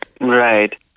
Right